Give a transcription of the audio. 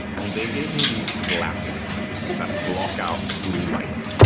and they gave me these glasses that block out blue light.